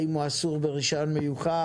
האם הוא אסור ברישיון מיוחד?